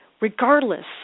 regardless